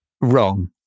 wrong